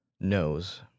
knows